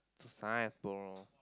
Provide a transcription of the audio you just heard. to sign I don't know